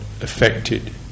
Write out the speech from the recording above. affected